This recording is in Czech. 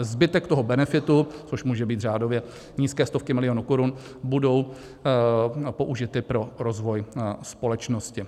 Zbytek toho benefitu, což můžou být řádově nízké stovky milionů korun, budou použity pro rozvoj společnosti.